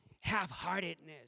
half-heartedness